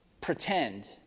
pretend